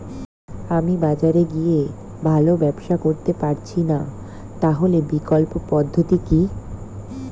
আমি বাজারে গিয়ে ভালো ব্যবসা করতে পারছি না তাহলে বিকল্প পদ্ধতি কি?